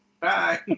Bye